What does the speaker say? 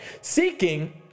seeking